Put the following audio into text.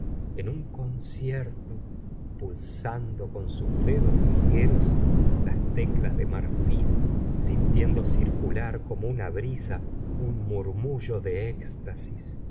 en un concierto pulsando con sus dedos ligeros las teclas de marfil sintiendo circular como una brisa un murmullo de éxtasis